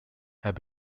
have